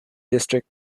district